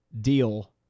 deal